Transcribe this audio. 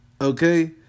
Okay